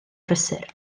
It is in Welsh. prysur